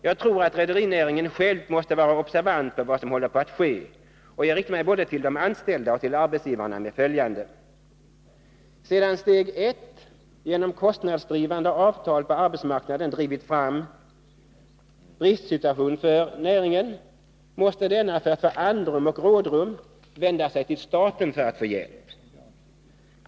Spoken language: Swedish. Jag tror att rederinä ringen själv måste vara observant på vad som håller på att ske, och jag riktar mig både till de anställda och till arbetsgivarna med följande: Sedan steg 1 genom kostnadsdrivande avtal på arbetsmarknaden drivit fram en bristsituation för näringen, måste denna för att få andrum och rådrum vända sig till staten för att få hjälp.